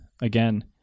again